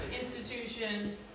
institution